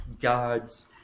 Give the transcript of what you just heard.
God's